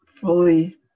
fully